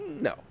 No